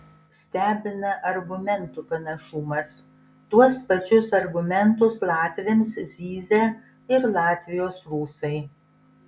stebina argumentų panašumas tuos pačius argumentus latviams zyzia ir latvijos rusai